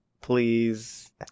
please